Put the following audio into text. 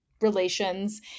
relations